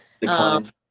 Decline